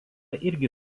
irgi